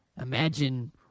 imagine